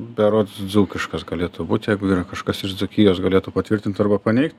berods dzūkiškas galėtų būt jeigu yra kažkas iš dzūkijos galėtų patvirtint arba paneigt